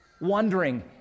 wondering